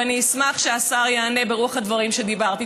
ואני אשמח שהשר יענה ברוח הדברים שדיברתי.